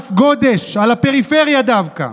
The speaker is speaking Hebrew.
מס גודש, על הפריפריה דווקא,